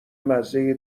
مزه